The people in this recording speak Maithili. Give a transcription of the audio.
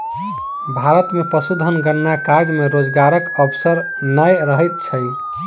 भारत मे पशुधन गणना कार्य मे रोजगारक अवसर नै रहैत छै